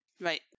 Right